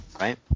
Right